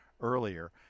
earlier